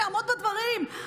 שיעמוד בדברים,